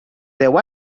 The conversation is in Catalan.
deu